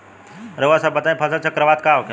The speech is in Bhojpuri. रउआ सभ बताई फसल चक्रवात का होखेला?